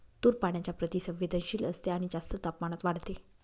तूर पाण्याच्या प्रति संवेदनशील असते आणि जास्त तापमानात वाढते